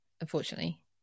unfortunately